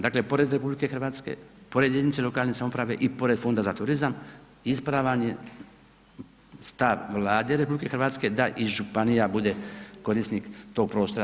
Dakle, pored RH, pored jedinice lokalne samouprave i pored fonda za turizam, ispravan je stav Vlade RH, da i županija bude korisnik tog prostora.